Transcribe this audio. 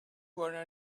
were